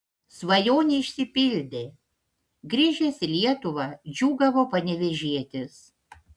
svajonė išsipildė grįžęs į lietuvą džiūgavo panevėžietis